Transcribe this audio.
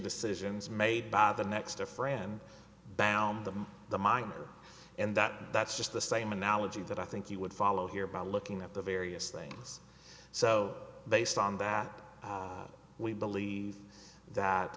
decisions made by the next of friend bam them the minor and that that's just the same analogy that i think you would follow here by looking at the various things so based on that we believe that